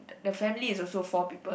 the family also four people